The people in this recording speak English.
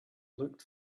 looked